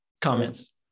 comments